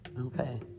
Okay